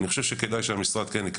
לכן אני חושב שהמשרד כן צריך